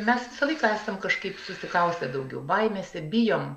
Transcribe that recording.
mes visą laiką esam kažkaip susikaustę daugiau baimėse bijom